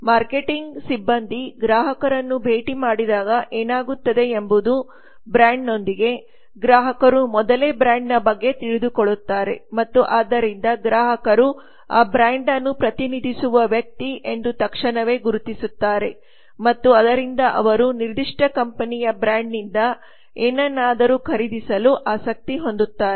marketing ಸಿಬ್ಬಂದಿ ಗ್ರಾಹಕರನ್ನು ಭೇಟಿ ಮಾಡಿದಾಗ ಏನಾಗುತ್ತದೆ ಎಂಬುದು ಬ್ರಾಂಡ್ನೊಂದಿಗೆ ಗ್ರಾಹಕರು ಮೊದಲೇ ಬ್ರಾಂಡ್ನ ಬಗ್ಗೆ ತಿಳಿದುಕೊಳ್ಳುತ್ತಾರೆ ಮತ್ತು ಆದ್ದರಿಂದ ಗ್ರಾಹಕರು ಆ ಬ್ರ್ಯಾಂಡ್ ಅನ್ನು ಪ್ರತಿನಿಧಿಸುವ ವ್ಯಕ್ತಿ ಎಂದು ತಕ್ಷಣವೇ ಗುರುತಿಸುತ್ತಾರೆ ಮತ್ತು ಆದ್ದರಿಂದ ಅವರು ನಿರ್ದಿಷ್ಟ ಕಂಪನಿಯ ಬ್ರಾಂಡ್ನಿಂದ ಏನನ್ನಾದರೂ ಖರೀದಿಸಲು ಆಸಕ್ತಿ ಹೊಂದುತ್ತಾರೆ